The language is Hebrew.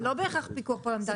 זה לא בהכרח פיקוח פרלמנטרי,